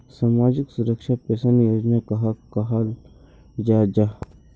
सामाजिक सुरक्षा पेंशन योजना कहाक कहाल जाहा जाहा?